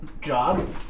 job